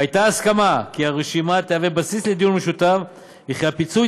והייתה הסכמה כי הרשימה תהווה בסיס לדיון משותף וכי הפיצוי